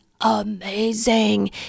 amazing